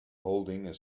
holding